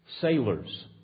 sailors